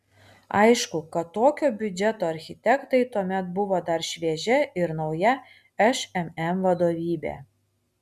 aišku kad tokio biudžeto architektai tuomet buvo dar šviežia ir nauja šmm vadovybė